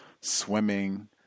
swimming